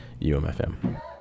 UMFM